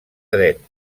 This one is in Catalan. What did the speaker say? dret